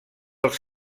els